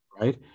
Right